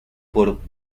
por